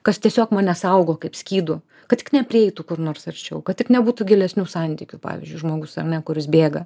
kas tiesiog mane saugo kaip skydu kad tik neprieitų kur nors arčiau kad tik nebūtų gilesnių santykių pavyzdžiui žmogus ar ne kuris bėga